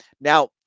Now